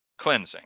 cleansing